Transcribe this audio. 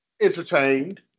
entertained